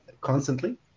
constantly